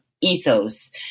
ethos